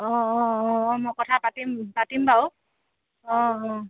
অঁ অঁ অঁ অঁ মই কথা পাতিম পাতিম বাৰু অঁ অঁ